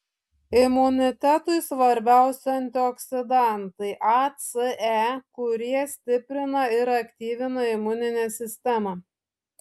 imunitetui svarbiausi antioksidantai a c e kurie stiprina ir aktyvina imuninę sistemą